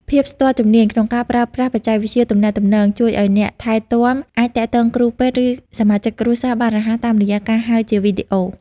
ភាពស្ទាត់ជំនាញក្នុងការប្រើប្រាស់បច្ចេកវិទ្យាទំនាក់ទំនង ជួយឱ្យអ្នកថែទាំអាចទាក់ទងគ្រូពេទ្យ ឬសមាជិកគ្រួសារបានរហ័សតាមរយៈការហៅជាវីដេអូ។